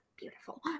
beautiful